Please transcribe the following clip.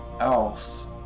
else